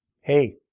hey